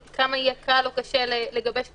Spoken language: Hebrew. כמה יהיה קל או קשה לגבש קבוצה,